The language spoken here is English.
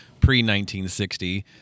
pre-1960